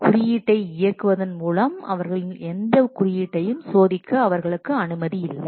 குறியீட்டை இயக்குவதன் மூலம் அவர்களின் எந்த குறியீட்டையும் சோதிக்க அவர்களுக்கு அனுமதி இல்லை